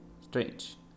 strange